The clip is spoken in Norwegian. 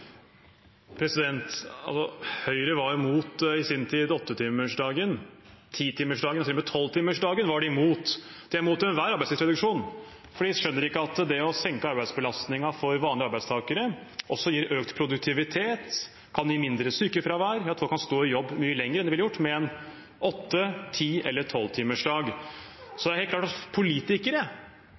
Høyre var i sin tid imot åttetimersdagen og titimersdagen, til og med tolvtimersdagen var de imot. De er imot enhver arbeidstidsreduksjon, for de skjønner ikke at det å senke arbeidsbelastningen for vanlige arbeidstakere også gir økt produktivitet og kan gi mindre sykefravær ved at folk kan stå i jobb mye lenger enn de ville gjort med åtte-, ti- eller tolvtimersdag. Så er det helt klart at politikere, om det er